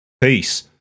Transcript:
Peace